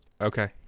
Okay